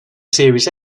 series